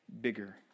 bigger